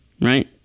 right